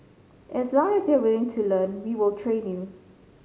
as long as you're willing to learn we will train you